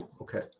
okay